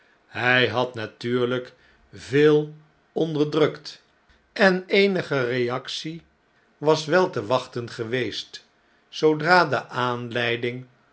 hg had natuurlgk veel onderdrukt en eenige reactie was wel te wachten geweest zoodrade aanleiding